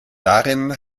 darin